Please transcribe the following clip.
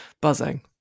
buzzing